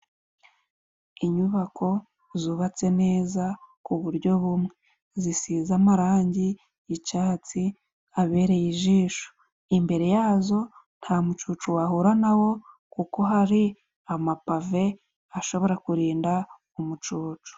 Inyubako zubatse neza ku buryo bumwe zisize amarangi y'icyatsi abereye ijisho, imbere yazo nta mucucu wahura nawo, kuko hari amapave gashobora kurinda umucucu.